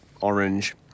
Orange